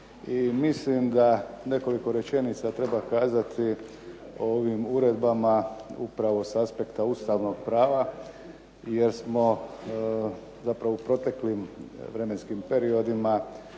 mislim da nekoliko rečenica treba kazati o ovim uredbama upravo s aspekta ustavnog prava jer smo zapravo u proteklim vremenskim periodima